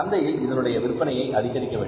சந்தையில் இதனுடைய விற்பனையை அதிகரிக்க வேண்டும்